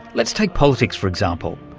let's take politics for example.